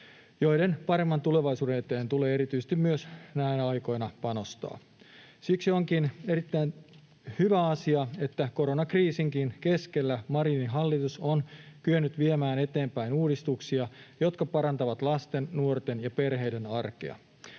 joiden paremman tulevaisuuden eteen tulee erityisesti myös näinä aikoina panostaa. Siksi onkin erittäin hyvä asia, että koronakriisinkin keskellä Marinin hallitus on kyennyt viemään eteenpäin uudistuksia, jotka parantavat lasten, nuorten ja perheiden arkea.